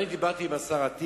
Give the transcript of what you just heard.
אני דיברתי עם השר אטיאס.